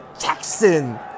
jackson